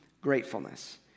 gratefulness